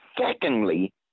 secondly